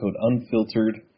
UNFILTERED